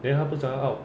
then he 不是讲 out